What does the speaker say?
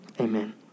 Amen